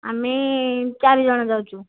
ଆମେ ଚାରି ଜଣ ଯାଉଛୁ